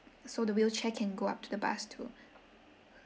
so the wheelchair can go up to the bus too